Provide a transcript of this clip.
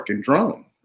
drone